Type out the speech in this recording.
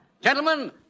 Gentlemen